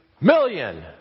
million